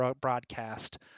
broadcast